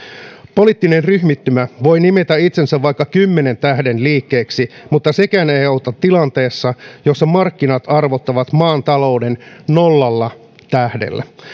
poliittinen ryhmittymä voi nimetä itsensä vaikka kymmenen tähden liikkeeksi mutta sekään ei ei auta tilanteessa jossa markkinat arvottavat maan talouden nollalla tähdellä